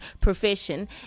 profession